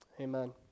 Amen